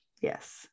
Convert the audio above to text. yes